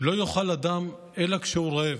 "לא יאכל אדם אלא כשהוא רעב".